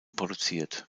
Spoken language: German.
produziert